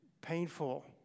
painful